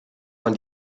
man